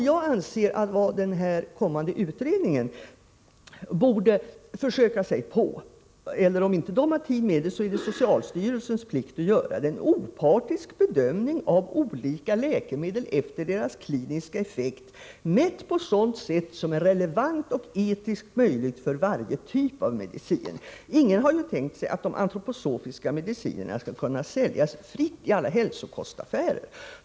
Jag anser att den kommande utredningen borde försöka sig på — om inte den har tid är det socialstyrelsens plikt att göra det — en opartisk bedömning av olika läkemedel efter deras kliniska effekt, mätt på sådant sätt som är relevant och etiskt möjligt för varje typ av medicin. Ingen har tänkt sig att de antroposofiska medicinerna skall kunna säljas fritt i alla hälsokostaffärer.